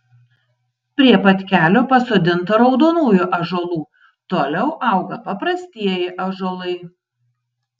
prie pat kelio pasodinta raudonųjų ąžuolų toliau auga paprastieji ąžuolai